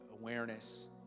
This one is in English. awareness